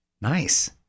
Nice